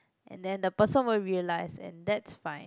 and then the person won't realize and that's fine